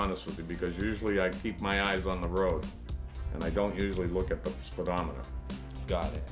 honest with you because usually i keep my eyes on the road and i don't usually look at the